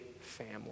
family